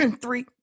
three